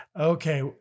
Okay